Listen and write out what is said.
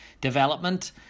development